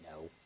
No